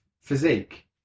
physique